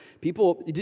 People